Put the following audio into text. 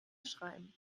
schreiben